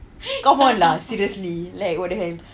come on lah serious like what the hell